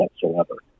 whatsoever